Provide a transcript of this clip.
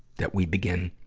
that we begin